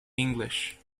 english